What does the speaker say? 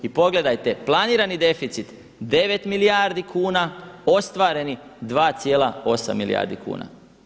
I pogledajte, planirani deficit 9 milijardi kuna, ostvareni 2,8 milijardi kuna.